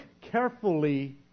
carefully